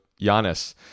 Giannis